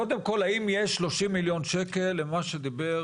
קודם כל, האם יש שלושים מיליון שקל למה שדיבר